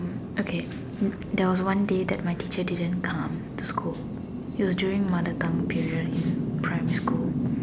okay there was one day that my teacher didn't come school it was during mother tongue period in primary school